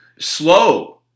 slow